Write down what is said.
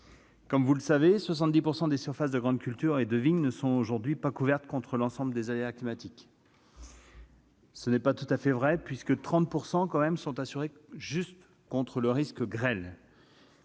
Comme vous le savez, 70 % des surfaces de grandes cultures et de vignes ne sont aujourd'hui pas couvertes contre l'ensemble des aléas climatiques. Ce n'est d'ailleurs pas tout à fait vrai, puisque 30 % de ces surfaces sont assurées